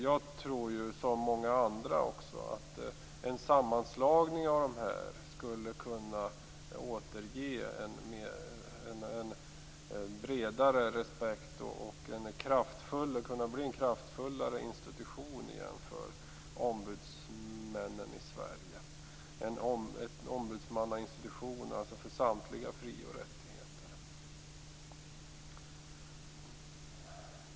Jag tror liksom många andra att en sammanslagning av dem skulle kunna återskapa en bredare respekt och kunde leda till en kraftfullare ombundsmannainstitution i Sverige, för samtliga frioch rättigheter.